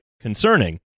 concerning